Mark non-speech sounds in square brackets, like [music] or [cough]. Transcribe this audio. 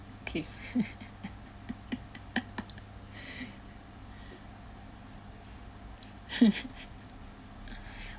okay [laughs] [breath]